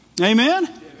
Amen